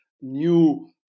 new